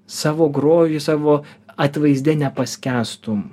savo grožį savo atvaizde nepaskęstum